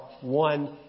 one